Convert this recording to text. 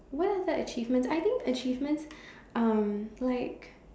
where is that achievement I think achievements um like